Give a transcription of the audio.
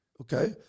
Okay